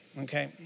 okay